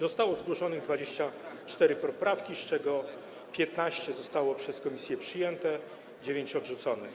Zostały zgłoszone 24 poprawki, z czego 15 zostało przez komisję przyjętych, 9 - odrzuconych.